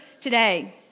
today